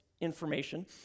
information